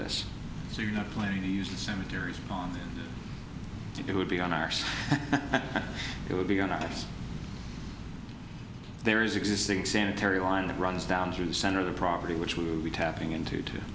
this so you're not planning to use the cemetery on that it would be on our side it would be on a yes there is existing sanitary line that runs down through the center of the property which would be tapping into to